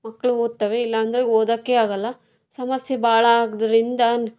ಮಕ್ಕಳು ಓದ್ತವೆ ಇಲ್ಲಾಂದ್ರೆ ಓದೋಕ್ಕೇ ಆಗೋಲ್ಲ ಸಮಸ್ಯೆ ಭಾಳ ಆಗುವುದ್ರಿಂದ